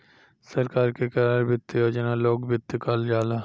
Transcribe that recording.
सरकार के करल वित्त योजना लोक वित्त कहल जाला